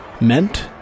meant